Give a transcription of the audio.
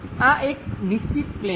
આ એક નિશ્ચિત પ્લેન છે